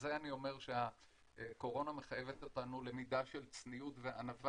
זה אני אומר שהקורונה מחייבת אותנו במידה של צניעות וענווה,